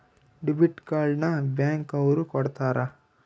debit card ನ bank ಅವ್ರು ಕೊಡ್ತಾರ